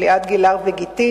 ליעד גילהר וגיתית,